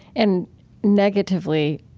and negatively,